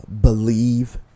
Believe